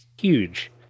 huge